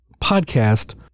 podcast